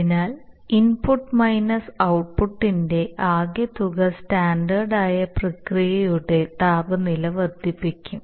അതിനാൽ input minus ഔട്ട്പുട്ടിന്റെ ആകെ തുക സ്റ്റാൻഡേർഡ് ആയ പ്രക്രിയയുടെ താപനില വർദ്ധിപ്പിക്കും